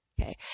Okay